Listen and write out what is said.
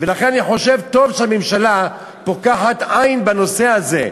לכן אני חושב שטוב שהממשלה פוקחת עין בנושא הזה.